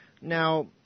Now